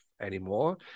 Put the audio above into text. anymore